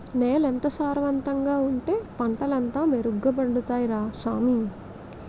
నేలెంత సారవంతంగా ఉంటే పంటలంతా మెరుగ్గ పండుతాయ్ రా సామీ